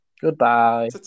Goodbye